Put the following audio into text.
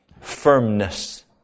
firmness